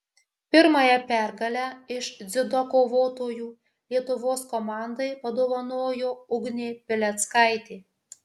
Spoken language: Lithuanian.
pirmąją pergalę iš dziudo kovotojų lietuvos komandai padovanojo ugnė pileckaitė